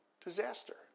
disaster